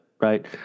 Right